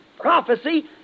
prophecy